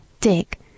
Dick